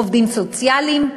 עובדים סוציאליים,